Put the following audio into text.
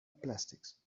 plastics